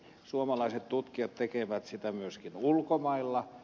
suomalaiset tutkijat tekevät sitä myöskin ulkomailla